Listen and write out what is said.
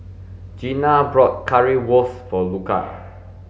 Jeana bought Currywurst for Luca